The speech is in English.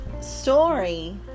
story